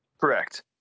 Correct